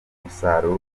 umusaruro